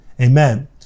amen